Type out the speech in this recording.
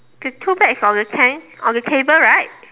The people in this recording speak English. the two bags on the tent on the table right